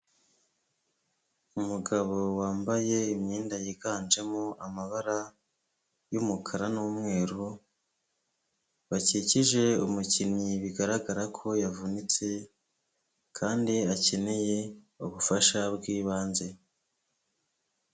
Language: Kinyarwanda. Umugabo wambaye imyenda yiganjemo amabara y'umukara n'umweru, bakikije umukinnyi bigaragara ko yavunitse kandi akeneye ubufasha bw'ibanze.